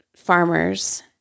farmers